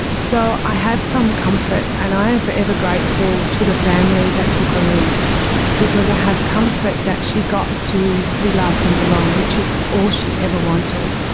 so i have some comfort, and i am forever grateful to the family that took her in because i have comfort that she got to be loved and belong, which is all she ever wanted.